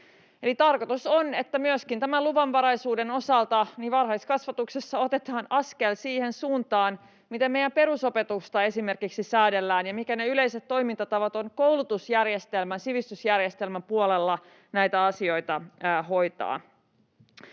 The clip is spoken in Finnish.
tarkoitus on, että myöskin tämän luvanvaraisuuden osalta varhaiskasvatuksessa otetaan askel siihen suuntaan, miten esimerkiksi meidän perusopetusta säädellään ja mitkä ne yleiset toimintatavat ovat koulutusjärjestelmän, sivistysjärjestelmän puolella näitä asioita hoitaa.